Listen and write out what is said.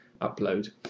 upload